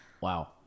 Wow